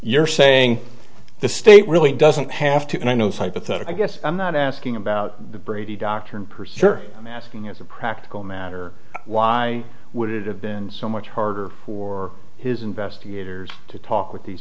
you're saying the state really doesn't have to and i know cite but that i guess i'm not asking about the brady doctrine pursuer asking as a practical matter why would it have been so much harder for his investigators to talk with these